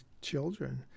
children